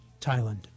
Thailand